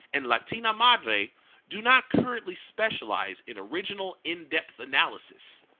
and latina madre do not currently specialize in original, in-depth analysis,